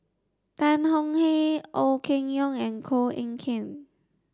Tan Tong Hye Ong Keng Yong and Koh Eng Kian